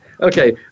Okay